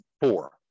four